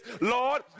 Lord